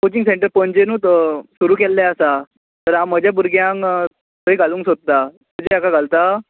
coaching centre पणजेनूच सुरू केल्लें आसा तर हांव म्हजे भुरग्यांक थंय घालूंक सोदतां तुजे हेका घालता